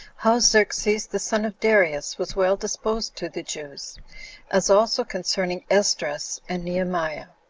how xerxes the son of darius was well disposed to the jews as also concerning esdras and nehemiah.